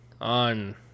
on